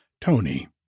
Tony